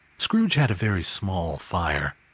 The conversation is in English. scrooge had a very small fire,